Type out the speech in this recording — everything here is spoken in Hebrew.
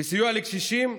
בסיוע לקשישים?